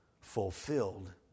fulfilled